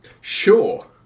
Sure